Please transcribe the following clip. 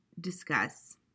discuss